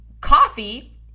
coffee